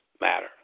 matter